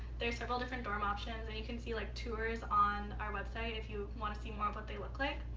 there are several different dorm options. and you can see like tours on our website you want to see more of what they look like.